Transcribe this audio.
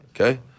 Okay